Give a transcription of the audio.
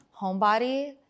Homebody